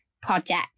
Project